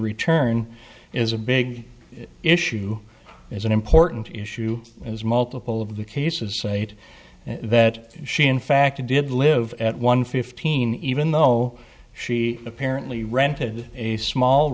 return is a big issue is an important issue as multiple of the cases sate that she in fact did live at one fifteen even though she apparently rented a small